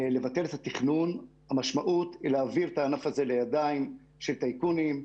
לבטל את התכנון המשמעות היא להעביר את הענף הזה לידיים של טייקונים,